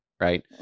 right